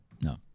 No